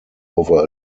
over